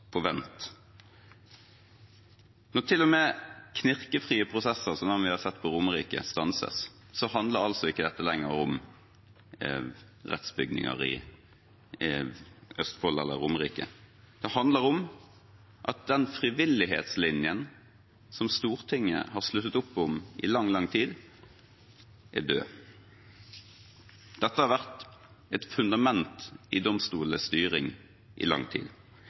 på vent. Når til og med knirkefrie prosesser som den vi har sett på Romerike, stanses, handler ikke dette lenger om rettsbygninger i Østfold eller på Romerike. Det handler om at den frivillighetslinjen som Stortinget har sluttet opp om i lang, lang tid, er død. Dette har vært et fundament i domstolenes styring i lang tid.